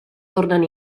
tornen